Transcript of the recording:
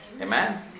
Amen